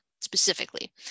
specifically